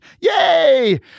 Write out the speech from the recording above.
Yay